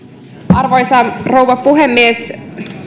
arvoisa rouva puhemies